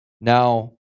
Now